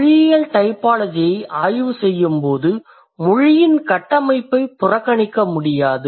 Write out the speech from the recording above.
மொழியியல் டைபாலஜியை ஆய்வு செய்யும்போது மொழியின் கட்டமைப்பை புறக்கணிக்க முடியாது